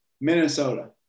Minnesota